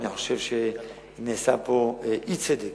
אני חושב שנעשה כאן אי-צדק.